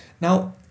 Now